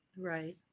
Right